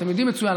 אתם יודעים מצוין.